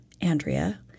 Andrea